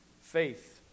faith